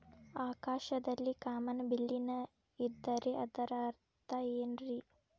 ಆಕಾಶದಲ್ಲಿ ಕಾಮನಬಿಲ್ಲಿನ ಇದ್ದರೆ ಅದರ ಅರ್ಥ ಏನ್ ರಿ?